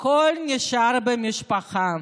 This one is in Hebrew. הכול נשאר במשפחה.